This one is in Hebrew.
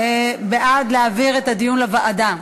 בעד זה להעביר את הדיון לוועדה,